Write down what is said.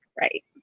right